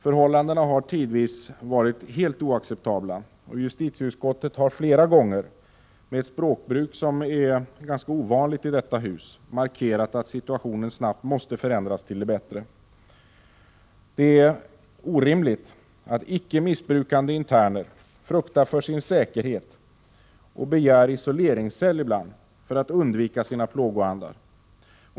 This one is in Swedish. Förhållandena har tidvis varit helt oacceptabla, och justitieutskottet har flera gånger med ett språkbruk som är ovanligt i detta hus markerat att situationen snabbt måste förändras till det bättre. Det är orimligt att icke missbrukande interner fruktar för sin säkerhet och begär isoleringscell för att undvika sina plågoandar.